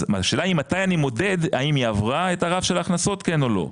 אז השאלה היא מתי אני מודד האם היא עברה את הרף של הכנסות כן או לא.